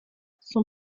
son